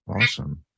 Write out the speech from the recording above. awesome